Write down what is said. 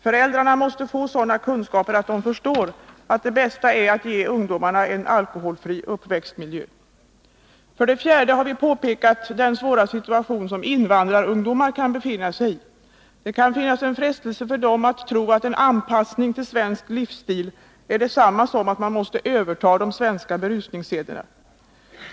Föräldrarna måste få sådana kunskaper att de förstår att det bästa är att ge ungdomarna en alkoholfri uppväxtmiljö. För det fjärde har vi pekat på den svåra situation som invandrarungdomar kan befinna sig i. De kan frestas att tro att en anpassning till svensk livsstil är detsamma som att man måste överta de svenska berusningssederna.